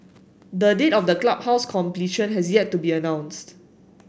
the date of the clubhouse completion has yet to be announced